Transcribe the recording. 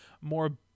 more